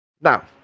now